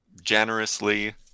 generously